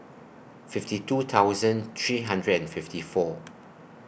fifty two thousand three hundred and fifty four